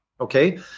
Okay